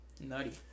Nutty